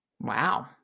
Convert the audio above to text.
Wow